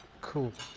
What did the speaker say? cool.